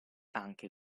anche